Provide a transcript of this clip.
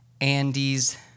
Andy's